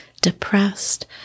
depressed